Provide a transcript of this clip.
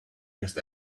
just